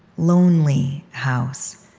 lonely house.